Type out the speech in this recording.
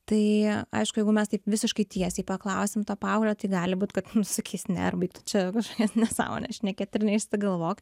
tai aišku jeigu mes taip visiškai tiesiai paklausim to paauglio tai gali būt kad sakys ne ir baik tu čia kažkokias nesąmones šnekėti ir neišsigalvok